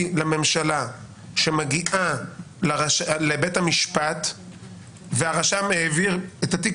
לממשלה שמגיעה לבית המשפט והרשם העביר את התיק